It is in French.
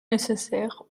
nécessaires